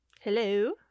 Hello